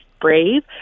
brave